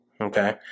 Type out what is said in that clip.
Okay